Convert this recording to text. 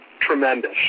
tremendous